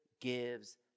gives